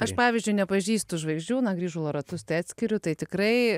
aš pavyzdžiui nepažįstu žvaigždžių na grįžulo ratus tai atskiriu tai tikrai